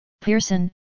Pearson